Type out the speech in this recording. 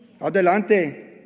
Adelante